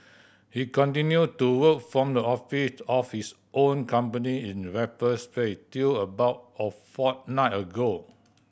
he continued to work from the office of his own company in Raffles Place till about a fortnight ago